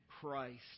Christ